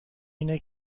اینه